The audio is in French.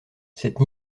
cette